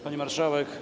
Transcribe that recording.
Pani Marszałek!